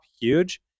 huge